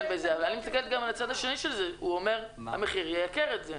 בזה אבל אני מסתכלת גם על הצד השני של זה הוא אומר: המחיר ייקר את זה.